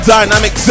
Dynamic